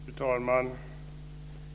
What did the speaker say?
Fru talman!